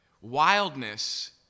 Wildness